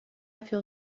feel